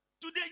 Today